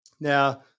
Now